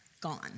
gone